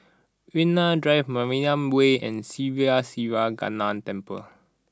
Yunnan Drive Mariam Way and Sri Siva Temple